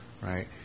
right